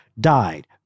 died